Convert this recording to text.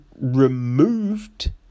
removed